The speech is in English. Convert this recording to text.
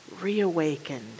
reawakened